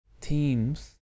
teams